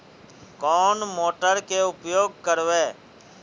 कौन मोटर के उपयोग करवे?